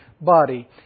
body